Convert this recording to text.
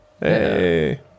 hey